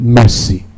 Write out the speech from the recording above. mercy